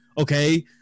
okay